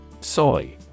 Soy